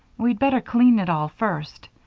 we'd better clean it all first,